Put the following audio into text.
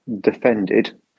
defended